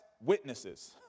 witnesses